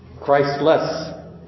Christless